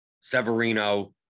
Severino